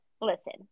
Listen